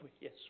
yes